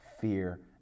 fear